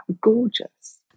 gorgeous